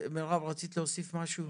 מרב, רצית להוסיף משהו?